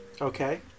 Okay